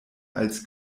als